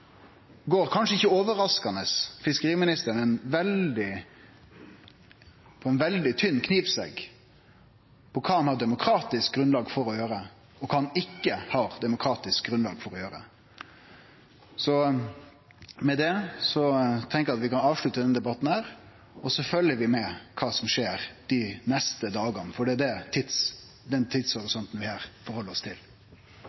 går fiskeriministeren – kanskje ikkje overraskande – på ein veldig tynn knivsegg mellom kva han har demokratisk grunnlag for å gjere, og kva han ikkje har demokratisk grunnlag for å gjere. Med det tenkjer eg at vi kan avslutte denne debatten, og så følgjer vi med på kva som skjer dei neste dagane, for det er den